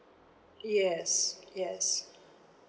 yes yes